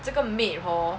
这个 maid hor